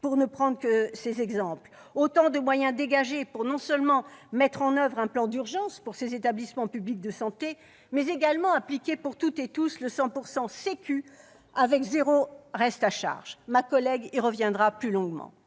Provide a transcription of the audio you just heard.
pour ne prendre que ces exemples. Autant de moyens dégagés pour non seulement mettre en oeuvre un plan d'urgence pour ces établissements publics de santé, mais également appliquer pour toutes et tous le « 100 % Sécu » avec zéro reste à charge ! Ma collègue y reviendra plus longuement.